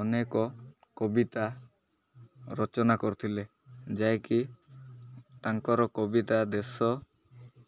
ଅନେକ କବିତା ରଚନା କରିଥିଲେ ଯାହାକି ତାଙ୍କର କବିତା ଦେଶ